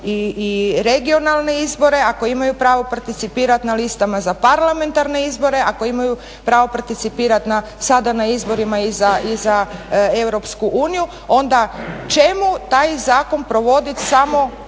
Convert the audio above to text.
i regionalne izbore, ako imaju participirat na listama za parlamentarne izbore, ako imaju pravo participirat sada na izborima i za EU onda čemu taj zakon provodit samo